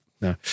No